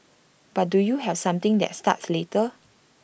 but do you have something that starts later